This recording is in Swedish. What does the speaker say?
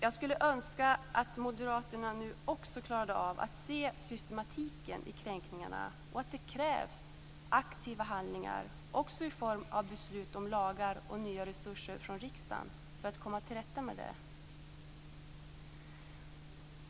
Jag skulle önska att Moderaterna nu också klarade av att se systematiken i kränkningarna och att det krävs aktiva handlingar, också i form av beslut om lagar och nya resurser från riksdagen för att komma till rätta med det.